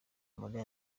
muri